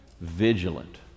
vigilant